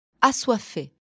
assoiffé